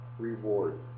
reward